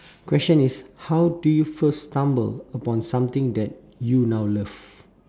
question is how do you first stumble upon something that you now love